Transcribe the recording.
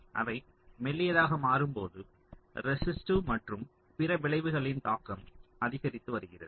அவை மெல்லியதாக மாறும் போது ரெசிஸ்டிவ் மற்றும் பிற விளைவுகளின் தாக்கம் அதிகரித்து வருகிறது